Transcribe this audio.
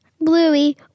Bluey